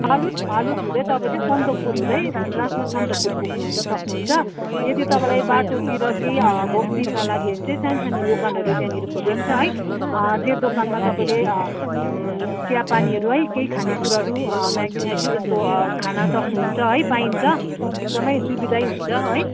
फालुट फालुट हुँदै तपाईँ चाहिँ सन्दकपू हुँदै लास्टमा सन्दकपू पुग्नुहुन सक्नुहुन्छ यदि तपाईँलाई बाटोतिर केही अब भोक तिर्खा लाग्यो भने चाहिँ सानसानो दोकानहरू त्यहाँनिर खोलिएको छ है त्यो देकानमा तपाईँले चियापानीहरू है केही खानेकुराहरू मेगीसेगी यस्तो खान सक्नुहुन्छ है पाइन्छ एकदमै सुविधै हुन्छ है